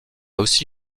aussi